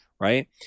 right